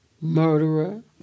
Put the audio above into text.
murderer